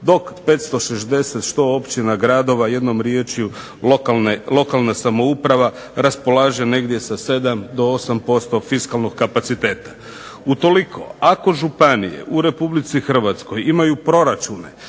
dok 560 što općina, gradova jednom riječju lokalna samouprava raspolaže negdje sa sedam do osam posto fiskalnog kapaciteta. Utoliko ako županije u Republici Hrvatskoj imaju proračune